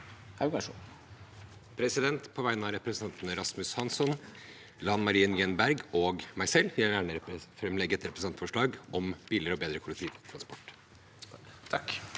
På vegne av representantene Rasmus Hansson, Lan Marie Nguyen Berg og meg selv vil jeg gjerne framsette et representantforslag om billigere og bedre kollektivtransport.